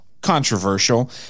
controversial